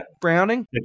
Browning